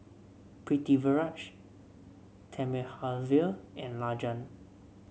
Pritiviraj Thamizhavel and Rajan